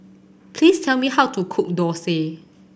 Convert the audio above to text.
please tell me how to cook Dosa